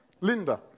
Linda